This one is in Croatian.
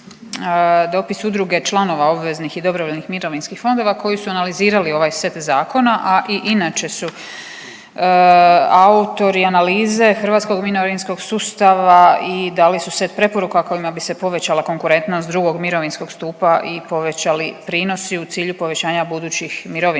dopis Udruge članova obveznih i dobrovoljnih mirovinskih fondova koji su analizirali ovaj set zakona, a i inače su autori analize hrvatskog mirovinskog sustava i dali su set preporuka kojima bi se povećala konkurentnost II. mirovinskog stupa i povećali prinosi u cilju povećanja budućih mirovina